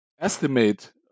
estimate